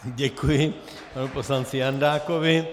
Děkuji panu poslanci Jandákovi.